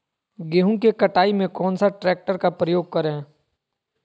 गेंहू की कटाई में कौन सा ट्रैक्टर का प्रयोग करें?